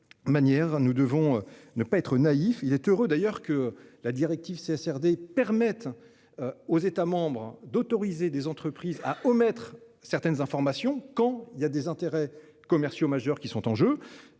nous devons ne pas être naïf, il est heureux d'ailleurs que la directive c'est SRD permettent. Aux États d'autoriser des entreprises à omettre certaines informations quand il y a des intérêts commerciaux majeurs qui sont en jeu.